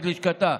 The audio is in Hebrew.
ולצוות לשכתה,